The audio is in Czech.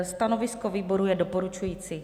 Stanovisko výboru je doporučující.